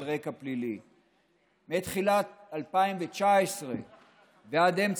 התופעה הולכת ומתרחבת כבר מאז 2014. רק